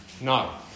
No